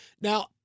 Now